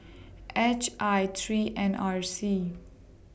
H I three N R C